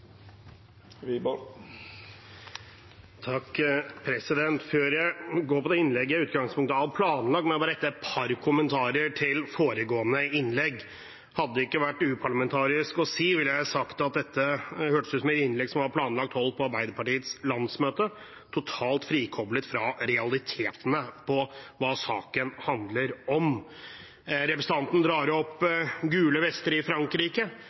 går til det innlegget jeg i utgangspunktet hadde planlagt, må jeg bare rette et par kommentarer til foregående innlegg. Hadde det ikke vært uparlamentarisk å si, ville jeg sagt at dette hørtes ut som et innlegg som var planlagt holdt på Arbeiderpartiets landsmøte, totalt frikoblet fra realitetene i hva saken handler om. Representanten drar opp de gule vestene i Frankrike.